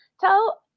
tell